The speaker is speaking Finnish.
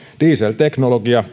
dieselteknologia